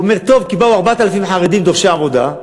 הוא אומר: טוב כי באו 4,000 חרדים דורשי עבודה,